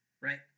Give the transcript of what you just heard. right